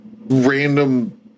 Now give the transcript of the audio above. random